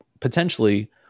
potentially